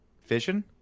Fission